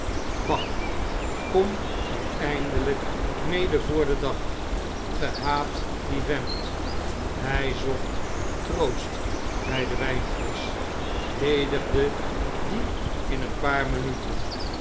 kom er eindeljjk mede voor den dag ge haat dien vent hjj zocht troost bjj de wpflesch ledigde die in een paar minuten